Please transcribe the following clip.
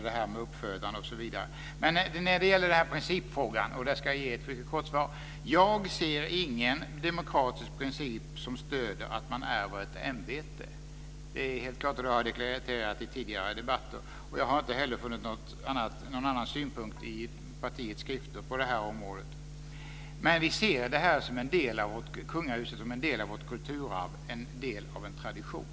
Beträffande principfrågan ska jag ge ett mycket kort svar. Jag ser ingen demokratisk princip som stöder att man ärver ett ämbete. Det är helt klart, och det har jag deklarerat i tidigare debatter. Jag har inte heller funnit någon annan synpunkt i partiets skrifter på det här området. Men vi ser kungahuset som en del av vårt kulturarv, en del av en tradition.